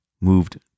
moved